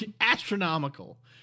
astronomical